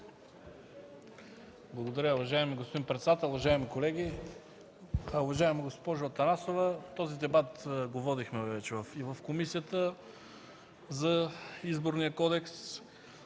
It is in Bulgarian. Благодаря, уважаеми господин председател. Уважаеми колеги! Уважаема госпожо Атанасова, този дебат го водихме вече в комисията за Изборния кодекс.